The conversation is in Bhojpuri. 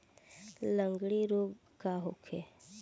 लगंड़ी रोग का होखे?